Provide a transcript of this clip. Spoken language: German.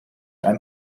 ein